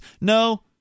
no